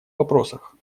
вопросах